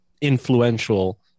influential